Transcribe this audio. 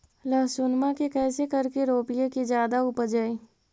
लहसूनमा के कैसे करके रोपीय की जादा उपजई?